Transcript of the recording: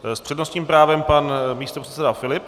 S přednostním právem pan místopředseda Filip.